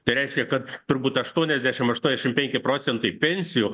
tai reiškia kad turbūt aštuoniasdešim aštuoniasdešim penki procentai pensijų